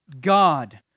God